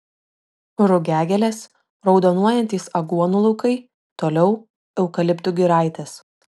rugiagėlės raudonuojantys aguonų laukai toliau eukaliptų giraitės